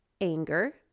Anger